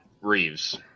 Reeves